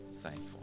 thankful